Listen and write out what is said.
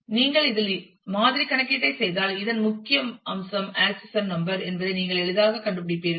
எனவே நீங்கள் இதில் மாதிரி கணக்கீட்டைச் செய்தால் இதன் முக்கிய அம்சம் ஆக்சஷன் நம்பர் என்பதை நீங்கள் எளிதாகக் கண்டுபிடிப்பீர்கள்